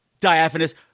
diaphanous